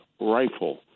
Rifle